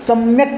सम्यक्